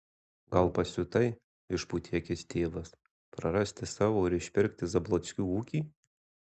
gal pasiutai išpūtė akis tėvas prarasti savo ir išpirkti zablockių ūkį